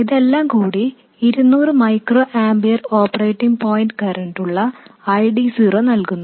ഇതെല്ലാം കൂടി 200 micro ampere operating point current ഉള്ള ID 0 നല്കുന്നു